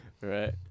right